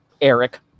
Eric